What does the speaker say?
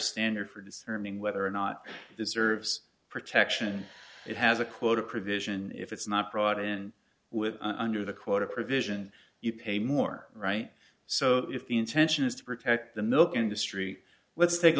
standard for discerning whether or not this service protection it has a quota provision if it's not brought in with under the quota provision you pay more right so if the intention is to protect the milk industry let's take a